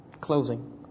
Closing